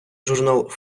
журнал